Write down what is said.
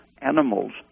animals